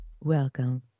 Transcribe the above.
Welcome